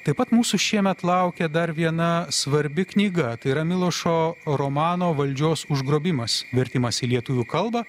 taip pat mūsų šiemet laukia dar viena svarbi knyga tai yra milošo romano valdžios užgrobimas vertimas į lietuvių kalbą